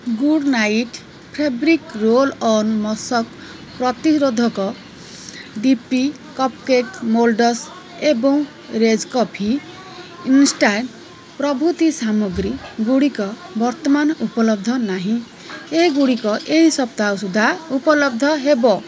good Knight fabric roll on ମଶକ ପ୍ରତିରୋଧକ D P cup cake moulds ଏବଂ ରେଜ୍ କଫି ଇନ୍ଷ୍ଟାଣ୍ଟ୍ ପ୍ରଭୃତି ସାମଗ୍ରୀଗୁଡ଼ିକ ବର୍ତ୍ତମାନ ଉପଲବ୍ଧ ନାହିଁ ଏଗୁଡ଼ିକ ଏହି ସପ୍ତାହ ସୁଦ୍ଧା ଉପଲବ୍ଧ ହେବ